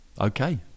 okay